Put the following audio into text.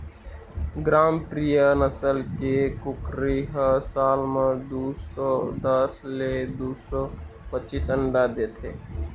ग्रामप्रिया नसल के कुकरी ह साल म दू सौ दस ले दू सौ पचीस अंडा देथे